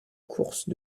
course